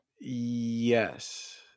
Yes